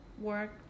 work